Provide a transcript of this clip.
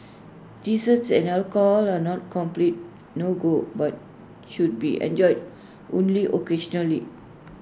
desserts and alcohol are not complete no go but should be enjoyed only occasionally